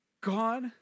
God